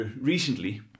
recently